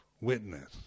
Witness